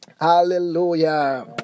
Hallelujah